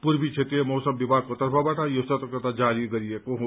पूर्वी क्षेत्रीय मौसम विभागको तर्फबाट यो सतर्कता जारी गरिएको हो